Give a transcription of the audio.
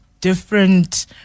different